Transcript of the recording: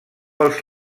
als